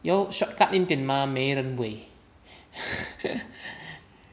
用 shortcut 一点 mah 美人尾